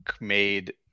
made